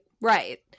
right